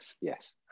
Yes